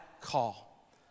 call